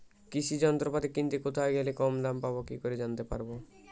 কৃষি যন্ত্রপাতি কিনতে কোথায় গেলে কম দামে পাব কি করে জানতে পারব?